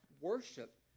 worship